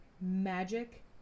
magic